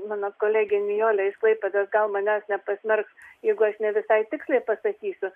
mano kolegė nijolė iš klaipėdos gal manęs nepasmerks jeigu aš ne visai tiksliai pasakysiu